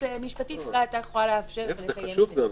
משפטית אולי הייתה יכולה לאפשר לקיים את זה,